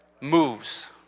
moves